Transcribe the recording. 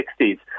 1960s